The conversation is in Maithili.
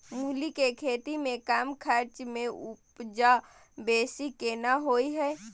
मूली के खेती में कम खर्च में उपजा बेसी केना होय है?